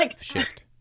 shift